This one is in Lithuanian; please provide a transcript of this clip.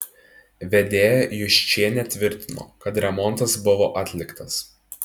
vedėja juščienė tvirtino kad remontas buvo atliktas